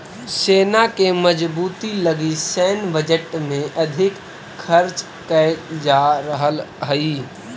सेना के मजबूती लगी सैन्य बजट में अधिक खर्च कैल जा रहल हई